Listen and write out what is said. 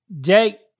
Jake